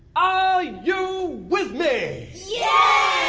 are you with me! yeah!